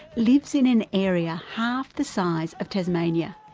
lives in an area half the size of tasmania.